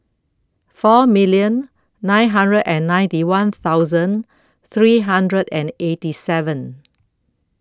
four million nine hundred and ninety one thousand three hundred and eighty seven